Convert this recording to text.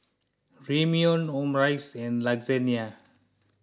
Ramyeon Omurice and Lasagne